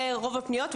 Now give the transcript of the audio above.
זה רוב הפניות,